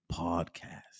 podcast